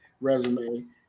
resume